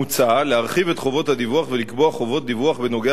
מוצע להרחיב את חובות הדיווח ולקבוע חובות דיווח בנוגע